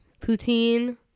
Poutine